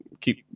keep